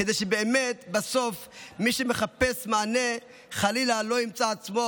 כדי שבסוף מי שמחפש מענה לא ימצא עצמו